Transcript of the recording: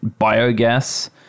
Biogas